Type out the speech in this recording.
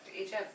Egypt